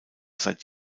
seit